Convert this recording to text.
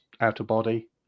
out-of-body